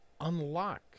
unlock